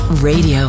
Radio